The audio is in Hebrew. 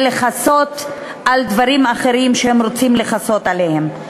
לכסות על דברים אחרים שהם רוצים לכסות עליהם.